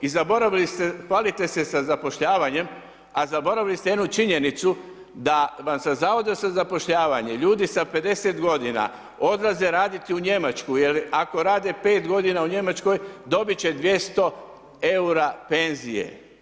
I zaboravili ste, hvalite se sa zapošljavanjem a zaboravili ste jednu činjenicu da vam se Zavoda za zapošljavanje ljudi sa 50 g. odlaze raditi u Njemačku jer ako rade 5 g. u Njemačkoj, dobit će 200 eura penzije.